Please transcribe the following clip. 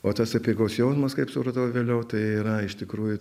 o tas apeigos jausmas kaip supratau vėliau tai yra iš tikrųjų